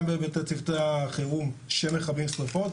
גם בהיבטי צוותי החירום שמכבים שריפות,